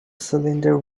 cylinder